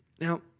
Now